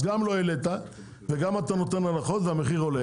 אז גם לא העלית וגם אתה נותן הנחות והמחיר עולה,